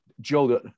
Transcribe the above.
Joe